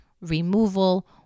removal